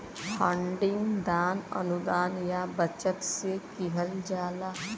funding दान, अनुदान या बचत से किहल जाला